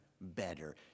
better